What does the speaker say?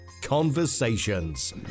conversations